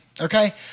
Okay